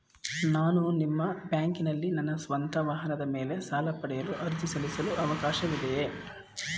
ನಾನು ನಿಮ್ಮ ಬ್ಯಾಂಕಿನಲ್ಲಿ ನನ್ನ ಸ್ವಂತ ವಾಹನದ ಮೇಲೆ ಸಾಲ ಪಡೆಯಲು ಅರ್ಜಿ ಸಲ್ಲಿಸಲು ಅವಕಾಶವಿದೆಯೇ?